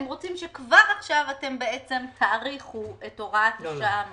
הם רוצים שכבר עכשיו אתם תאריכו את הוראת השעה מראש.